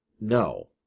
no